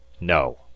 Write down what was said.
No